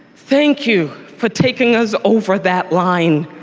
thank you for taking us over that line.